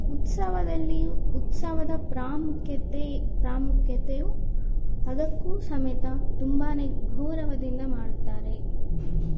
ಉತ್ಸವದಲ್ಲಿಯೂ ಉತ್ಸವದ ಪ್ರಾಮುಖ್ಯತೆ ಪ್ರಾಮುಖ್ಯತೆಯು ಅದಕ್ಕೂ ಸಮೇತ ತುಂಬಾ ಗೌರವದಿಂದ ಮಾಡುತ್ತಾರೆ